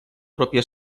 pròpia